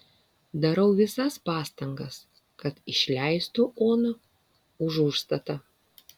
darau visas pastangas kad išleistų oną už užstatą